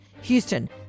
Houston